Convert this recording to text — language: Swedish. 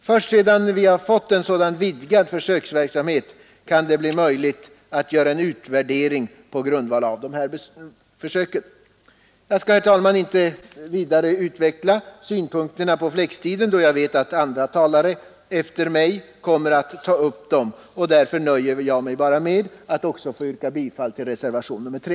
Först sedan vi fått en sådan vidgad försöksverksamhet, kan det bli möjligt att göra en utvärdering på grundval av försöken. Jag skall, herr talman, inte vidare utveckla synpunkterna på flexibel arbetstid, då jag vet att andra talare efter mig kommer att göra det. Därför nöjer jag mig med att yrka bifall också till reservationen 3.